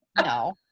No